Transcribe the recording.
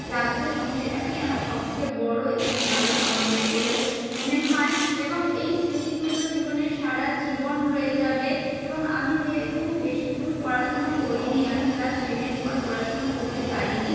লাগতো এবং সেটাকেই আমার সবচেয়ে বড় এবং ভালো সমাবেশ বলে মনে হয় এবং এই স্মৃতিগুলো জীবনে সারা জীবন রয়ে যাবে এবং আমি যেহেতু বেশি দূর পড়াশুনো করিনি আমি ক্লাস ট্রেনের পর পড়াশুনো করতে পারিনি